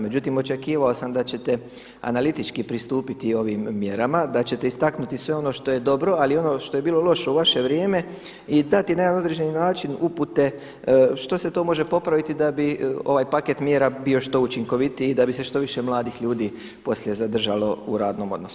Međutim, očekivao sam da ćete analitički pristupiti ovim mjerama, da ćete istaknuti sve ono što je dobro, ali i ono što je bilo loše u vaše vrijeme i dati na određeni način upute što se to može popraviti da bi ovaj paket mjera bio što učinkovitiji, da bi se što više mladih ljudi poslije zadržalo u radnom odnosu.